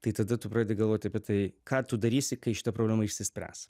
tai tada tu pradedi galvoti apie tai ką tu darysi kai šita problema išsispręs